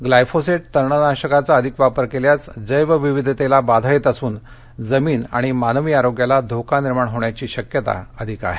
glyphosate तणनाशकाचा अधिक वापर केल्यास जैवविविधतेला बाधा येत असून जर्मान आणि मानवी आरोग्याला धोका निर्माण होण्याची शक्यता अधिक आहे